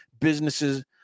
businesses